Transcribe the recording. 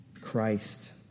Christ